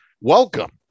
welcome